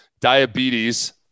Diabetes